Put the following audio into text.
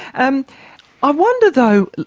and i wonder, though,